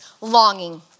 longing